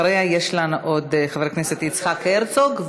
אחריה עוד חבר הכנסת יצחק הרצוג,